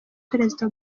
perezida